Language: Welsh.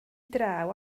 draw